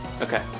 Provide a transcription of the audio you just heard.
Okay